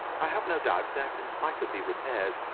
i have no doubt that, in spite of the repairs,